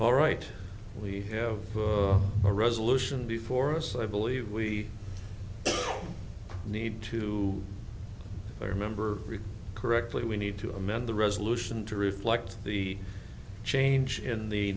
all right we have a resolution before us i believe we need to remember correctly we need to amend the resolution to reflect the change in